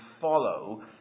follow